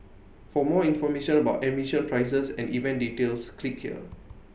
for more information about admission prices and event details click here